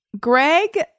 greg